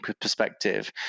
perspective